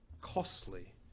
costly